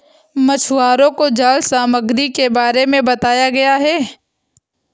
मछुवारों को जाल सामग्री के बारे में बताया गया